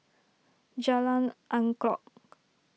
Jalan Angklong